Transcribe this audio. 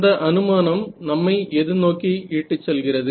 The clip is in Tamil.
அந்த அனுமானம் நம்மை எது நோக்கி இட்டுச் செல்கிறது